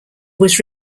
was